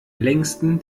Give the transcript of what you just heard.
längsten